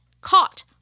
caught